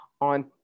on